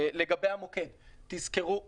לגבי המוקד תזכרו,